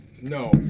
No